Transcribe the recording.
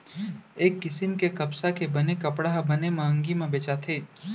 ए किसम के कपसा के बने कपड़ा ह बने मंहगी म बेचाथे